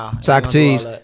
Socrates